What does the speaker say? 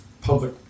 public